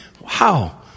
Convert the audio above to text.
Wow